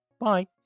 bye